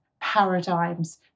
paradigms